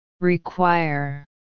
Require